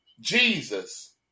Jesus